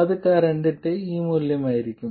അത് കറണ്ടിന്റെ ഈ മൂല്യമായിരിക്കും